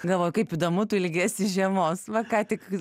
galvoju kaip įdomu tu ilgiesi žiemos va ką tik